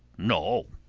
no,